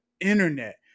internet